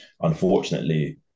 unfortunately